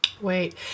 wait